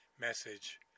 message